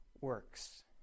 works